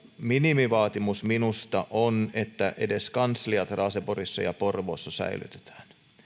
minimivaatimus minusta on että edes kansliat raaseporissa ja porvoossa säilytetään